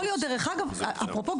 יכול להיות דרך אגב אפרופו,